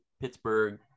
Pittsburgh